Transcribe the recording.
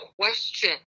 question